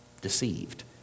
deceived